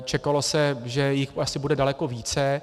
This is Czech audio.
Čekalo se, že jich asi bude daleko více.